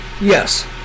Yes